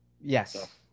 Yes